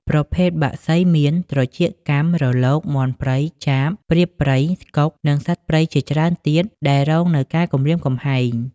ប្រភេទសត្វបក្សីមាន ត្រចៀកកាំ រលក មាន់ព្រៃ ចាប ព្រាបព្រៃ កុក និងសត្វព្រៃជាច្រើនទៀតដែលរងនូវការគំរាមគំហែង។